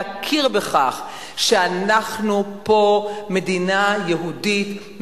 להכיר בכך שאנחנו פה מדינה יהודית,